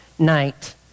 night